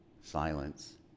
silence